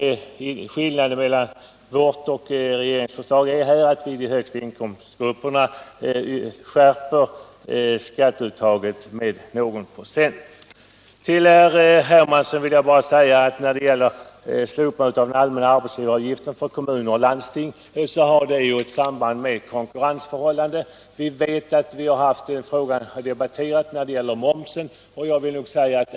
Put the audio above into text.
Skillnaden mellan vårt och den tidigare regeringens förslag är att vi för de högsta inkomstgrupperna skärper skatteuttaget med någon procent. Till herr Hermansson vill jag endast säga att frågan om slopande av den allmänna arbetsgivaravgiften för kommuner och landsting har samband med konkurrensförhållandena. Samma förslag har förts fram och diskuterats när det gäller momsen.